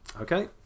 Okay